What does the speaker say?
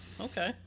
okay